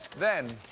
then